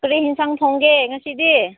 ꯀꯔꯤ ꯌꯦꯟꯁꯥꯡ ꯊꯣꯡꯒꯦ ꯉꯁꯤꯗꯤ